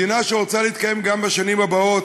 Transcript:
מדינה שרוצה להתקיים גם בשנים הבאות,